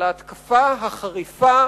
על ההתקפה החריפה